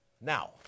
Now